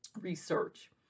research